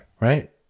Right